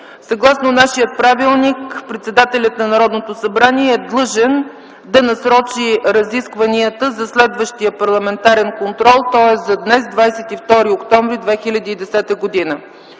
Съгласно нашия правилник, председателят на Народното събрание е длъжен да насрочи разискванията за следващия парламентарен контрол, тоест за днес, 22 октомври 2010 г.